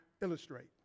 illustrate